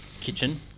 kitchen